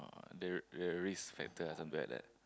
there there're risk factor something like that